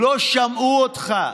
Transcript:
לא שמעו אותך.